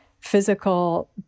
physical